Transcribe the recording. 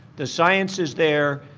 the science is there,